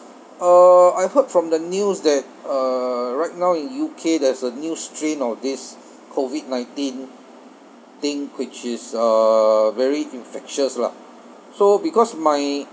uh I heard from the news that uh right now in U_K there's a new strain of this COVID nineteen thing which is uh very infectious lah so because my